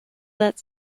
that